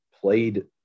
played